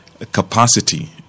Capacity